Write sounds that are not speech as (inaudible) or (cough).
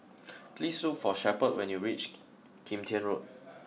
please look for Shepherd when you reach (hesitation) (unintelligible) Kim Tian Road